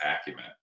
acumen